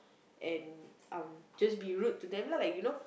and um just be rude to them lah like you know